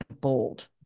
Bold